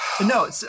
No